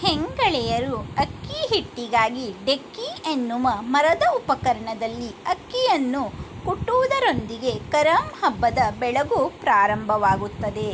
ಹೆಂಗಳೆಯರು ಅಕ್ಕಿ ಹಿಟ್ಟಿಗಾಗಿ ಡೆಕ್ಕಿ ಎನ್ನುವ ಮರದ ಉಪಕರಣದಲ್ಲಿ ಅಕ್ಕಿಯನ್ನು ಕುಟ್ಟುವುದರೊಂದಿಗೆ ಕರಮ್ ಹಬ್ಬದ ಬೆಳಗು ಪ್ರಾರಂಭವಾಗುತ್ತದೆ